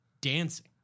dancing